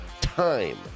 time